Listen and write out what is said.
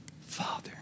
Father